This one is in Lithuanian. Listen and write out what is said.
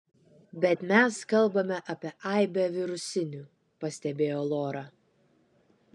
bet mes kalbame apie aibę virusinių pastebėjo lora